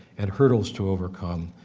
and hurdles to overcome,